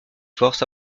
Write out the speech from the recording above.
forces